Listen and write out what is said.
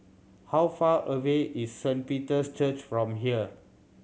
how far away is Saint Peter's Church from here